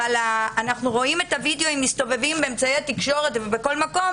אבל אנחנו רואים סרטוני וידאו מסתובבים באמצעי התקשורת ובכל מקום,